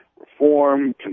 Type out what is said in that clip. reform